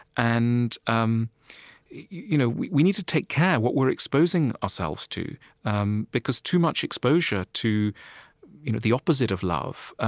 and um you know we we need to take care what we're exposing ourselves to um because too much exposure to you know the opposite of love